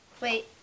Wait